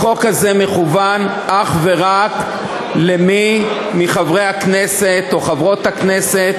החוק הזה מכוון אך ורק למי מחברי הכנסת או חברות הכנסת